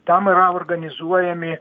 tam yra organizuojami